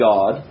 God